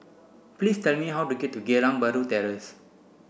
please tell me how to get to Geylang Bahru Terrace